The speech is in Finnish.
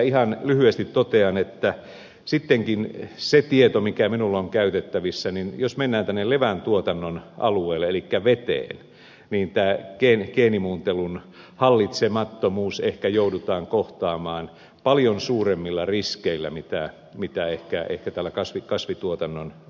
ihan lyhyesti totean että sittenkin sen tiedon perusteella mikä minulla on käytettävissä jos mennään tänne leväntuotannon alueelle elikkä veteen tämä geenimuuntelun hallitsemattomuus ehkä joudutaan kohtaamaan paljon suuremmilla riskeillä mitä ehkä tällä kasvintuotannon alueella